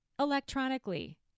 electronically